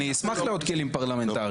אני אשמח לעוד כלים פרלמנטרים.